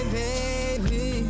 baby